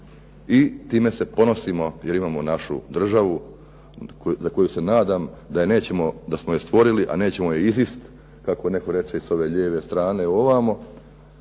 i time se ponosimo jer imamo našu državu za koju se nadam da nećemo, da smo je stvorili, a nećemo je izist, kako neko reče s ove lijeve strane ovamo.